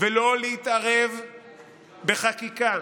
ולא להתערב בחקיקה,